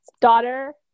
daughter